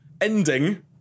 ending